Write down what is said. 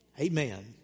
Amen